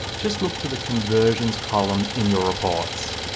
just look for the conversions column in your reports.